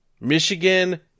Michigan